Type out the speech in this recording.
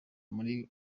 muri